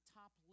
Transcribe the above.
top